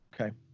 Okay